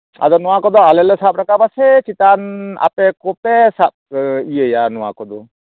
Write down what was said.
ᱟᱫᱚ ᱱᱚᱣᱟ ᱠᱚᱫᱚ ᱟᱞᱮ ᱞᱮ ᱥᱟᱵ ᱨᱟᱠᱟᱵᱟ ᱥᱮ ᱪᱮᱛᱟᱱ ᱟᱯᱮ ᱠᱚᱯᱮ ᱥᱟᱵ ᱤᱭᱟᱹᱭᱟ ᱱᱚᱣᱟ ᱠᱚᱫᱚ